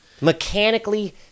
Mechanically